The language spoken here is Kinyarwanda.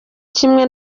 kimwe